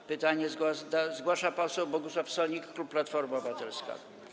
Z pytaniem zgłasza się poseł Bogusław Sonik, klub Platforma Obywatelska.